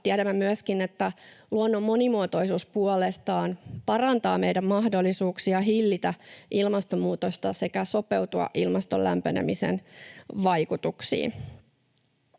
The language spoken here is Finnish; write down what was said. tiedämme myöskin, että luonnon monimuotoisuus puolestaan parantaa meidän mahdollisuuksiamme hillitä ilmastonmuutosta sekä sopeutua ilmaston lämpenemisen vaikutuksiin.